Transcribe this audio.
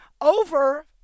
over